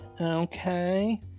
Okay